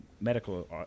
Medical